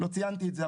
לא ציינתי את זה,